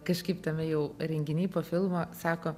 kažkaip tame jau renginy po filmo sako